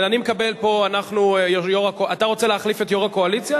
אתה רוצה להחליף את יושב-ראש הקואליציה?